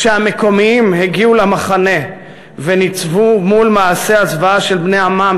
כשהמקומיים הגיעו למחנה וניצבו מול מעשי הזוועה של בני עמם,